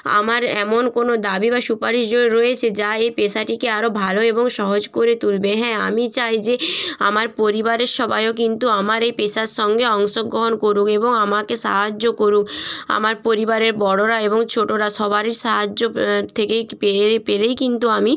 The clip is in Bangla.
আমার এমন কোনো দাবি বা সুপারিশ য রয়েছে যা এই পেশাটিকে আরও ভালো এবং সহজ করে তুলবে হ্যাঁ আমি চাই যে আমার পরিবারের সবাইও কিন্তু আমার এই পেশার সঙ্গে অংশগ্রহণ করুক এবং আমাকে সাহায্য করুক আমার পরিবারের বড়োরা এবং ছোটোরা সবারই সাহায্য থেকেই পেরে পেরেই কিন্তু আমি